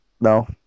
No